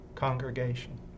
congregation